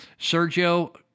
Sergio